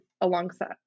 alongside